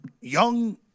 Young